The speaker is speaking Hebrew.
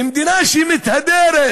מדינה שהיא מתהדרת,